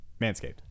Manscaped